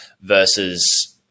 versus